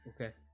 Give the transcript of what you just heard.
okay